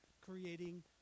creating